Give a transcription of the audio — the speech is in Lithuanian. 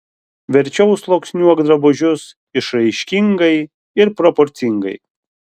verčiau sluoksniuok drabužius išraiškingai ir proporcingai